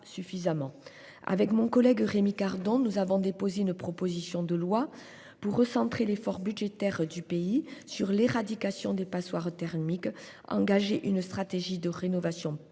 sont mal ciblées. Rémi Cardon et moi avons déposé une proposition de loi pour recentrer l'effort budgétaire du pays sur l'éradication des passoires thermiques et engager une stratégie de rénovation plus